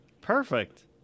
Perfect